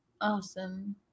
Awesome